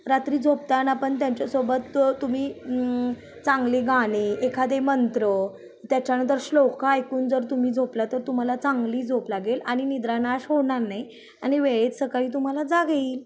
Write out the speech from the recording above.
रात्री झोपताना पण त्यांच्यासोबत तुम्ही चांगले गाणे एखादा मंत्र त्याच्यानंतर श्लोक ऐकून जर तुम्ही झोपला तर तुम्हाला चांगली झोप लागेल आणि निद्रानाश होणार नाही आणि वेळेत सकाळी तुम्हाला जाग येईल